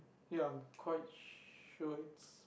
ya I'm quite sure its